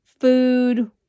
food